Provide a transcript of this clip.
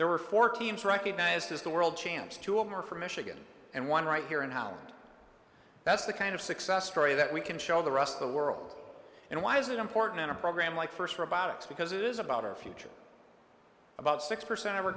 there are four teams recognized as the world champs to offer from michigan and one right here in holland that's the kind of success story that we can show the rest of the world and why is it important in a program like first robotics because it is about our future about six percent of our